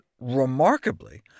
remarkably